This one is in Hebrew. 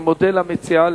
אני מודה למציעה,